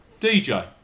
DJ